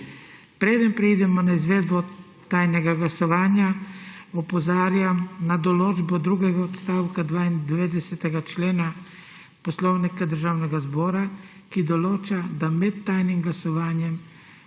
Preden preidemo na izvedbo tajnega glasovanja, opozarjam na določbo drugega odstavka 92. člena Poslovnika Državnega zbora, ki določa, da med tajnim glasovanjem